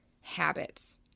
Habits